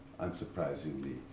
unsurprisingly